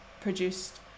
produced